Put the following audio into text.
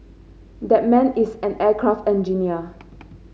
that man is an aircraft engineer